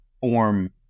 form